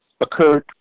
occurred